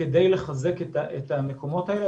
כדי לחזק את המקומות האלה,